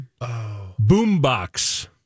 Boombox